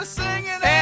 singing